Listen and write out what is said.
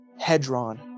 Hedron